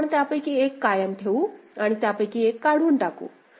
तर आपण त्यापैकी एक कायम ठेवू आणि त्यापैकी एक काढून टाकू